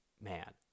man